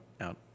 out